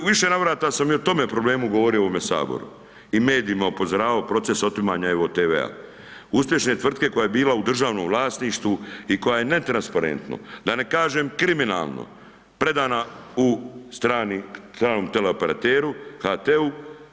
U više navrata sa i o tome problemu govorio u ovomu saboru i medijima upozoravao proces otimanja EVO TV-a, uspješne tvrtke koja je bila u državnom vlasništvu i koja je netransparentno, da ne kažem kriminalno predana u strani, stranom teleoperateru HT-u.